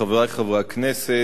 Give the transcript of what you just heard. חברי חברי הכנסת,